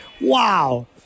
wow